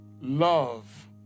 love